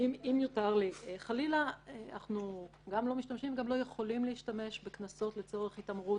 אנחנו לא יכולים להשתמש בקנסות לצורך התעמרות,